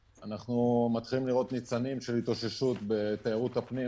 אני אשמח לשמוע את נציג רשות שדות התעופה מדבר על זה בפועל.